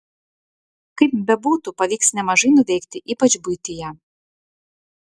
kaip bebūtų pavyks nemažai nuveikti ypač buityje